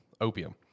opium